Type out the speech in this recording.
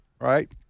right